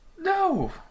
No